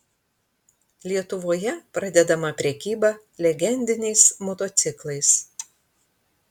lietuvoje pradedama prekyba legendiniais motociklais